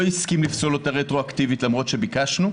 הסכים לפסול אותה רטרואקטיבית למרות שביקשנו,